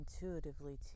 intuitively